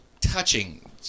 touching